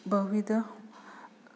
बहुविधाः